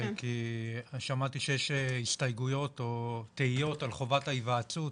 שמעתי שיש הסתייגויות או תהיות על חובת ההיוועצות,